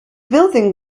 building